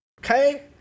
okay